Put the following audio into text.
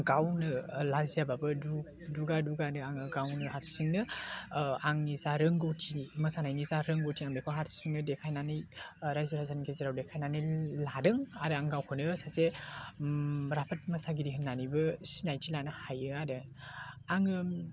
गावनो लाजियाबाबो दु दुगा दुगानो आङो गावनो हारसिंनो आंनि जा रोंगौथि मोसानायनि जा रोंगौथि आं बेखौ हारसिंनो देखायनानै राइजो राजानि गेजेराव देखायनानै लादों आरो आं गावखौनो सासे राफोद मोसागिरि होन्नानैबो सिनायथि लानै हायो आरो आङो